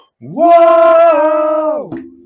Whoa